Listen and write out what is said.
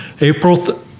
April